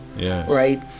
right